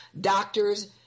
doctors